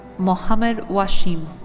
mohammed washim.